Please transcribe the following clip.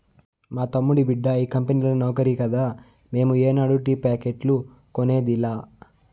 మా తమ్ముడి బిడ్డ ఈ కంపెనీల నౌకరి కదా మేము ఏనాడు టీ ప్యాకెట్లు కొనేదిలా